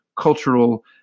cultural